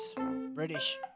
British